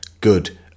good